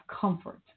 comfort